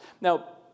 Now